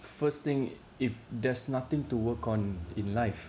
first thing if there's nothing to work on in life